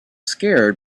scared